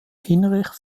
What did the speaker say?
hinrich